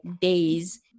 days